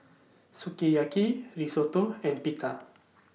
Sukiyaki Risotto and Pita